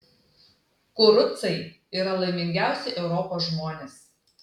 kurucai yra laimingiausi europos žmonės